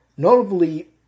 Notably